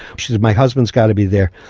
she said, my husband's got to be there.